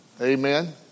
Amen